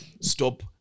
stop